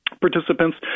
participants